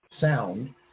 sound